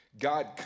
God